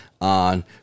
on